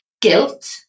guilt